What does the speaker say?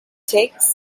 takes